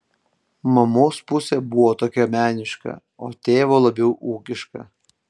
mamos pusė buvo tokia meniška o tėvo labiau ūkiška